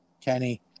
Kenny